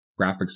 graphics